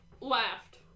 Laughed